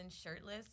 shirtless